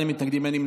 אין מתנגדים,